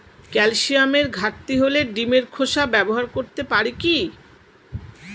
ক্যালসিয়ামের ঘাটতি হলে ডিমের খোসা ব্যবহার করতে পারি কি?